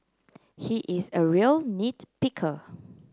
he is a real nit picker